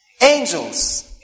Angels